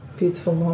beautiful